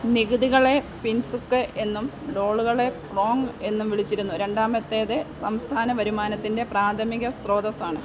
നികുതികളെ പിൻസുക്ക് എന്നും ടോളുകളെ ക്രോങ് എന്നും വിളിച്ചിരുന്നു രണ്ടാമത്തേത് സംസ്ഥാന വരുമാനത്തിൻ്റെ പ്രാഥമിക സ്രോതസ്സാണ്